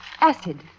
Acid